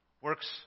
works